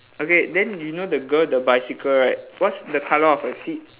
okay then you know the girl the bicycle right what's the colour of her seat